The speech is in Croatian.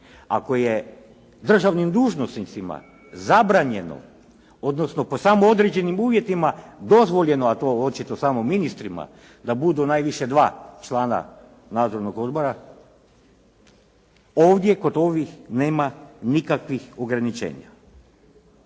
Ako je državnim dužnosnicima zabranjeno, odnosno po samo određenim uvjetima dozvoljeno, a to očito samo ministrima da budu najviše dva člana nadzornog odbora, ovdje kod ovih nema nikakvih ograničenja.